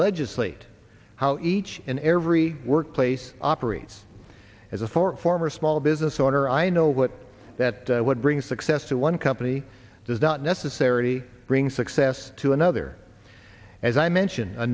legislate how each and every workplace operates as a for former small business owner i know what that would bring success to one company does not necessary bring success to another as i mentioned a